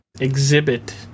exhibit